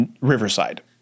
Riverside